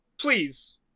please